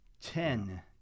Ten